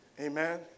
Amen